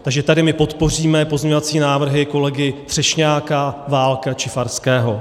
Takže tady my podpoříme pozměňovací návrhy kolegy Třešňáka, Válka či Farského.